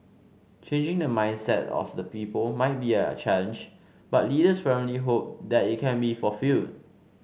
changing the mindset of the people might be a challenge but leaders firmly hope that it can be fulfilled